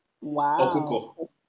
wow